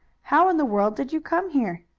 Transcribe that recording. how in the world did you come here?